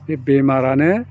बे बेमारानो